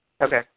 Okay